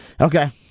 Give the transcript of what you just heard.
Okay